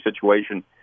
situation